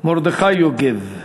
מרדכי יוגב.